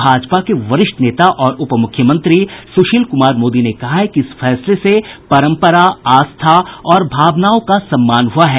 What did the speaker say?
भाजपा के वरिष्ठ नेता और उप मुख्यमंत्री सुशील कुमार मोदी ने कहा है कि इस फैसले से परंपरा आस्था और भावनाओं का सम्मान हुआ है